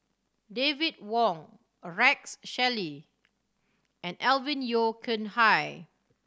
David Wong Rex Shelley and Alvin Yeo Khirn Hai